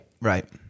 Right